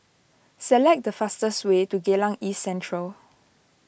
select the fastest way to Geylang East Central